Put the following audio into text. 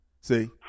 See